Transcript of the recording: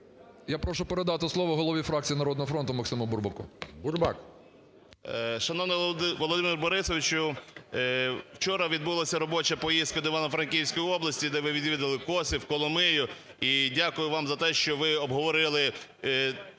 Я прошу передати слово голові фракції "Народного фронту" Максиму Бурбаку.